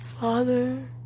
Father